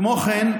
כמו כן,